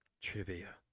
Trivia